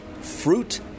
fruit